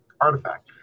artifact